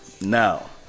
Now